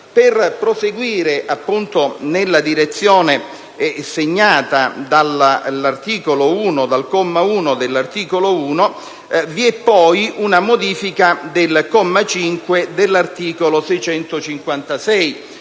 Per proseguire nella direzione segnata dal comma 1 dell'articolo 1 del decreto-legge, vi è poi una modifica del comma 5 dell'articolo 656